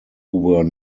were